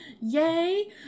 Yay